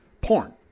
porn